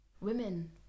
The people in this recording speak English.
women